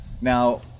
Now